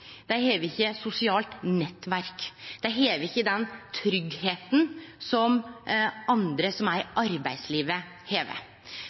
sosialt nettverk. Dei har ikkje den tryggleiken som andre som er i